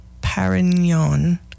parignon